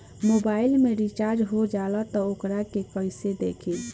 Mobile में recharge हो जाला त वोकरा के कइसे देखी?